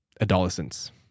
Adolescence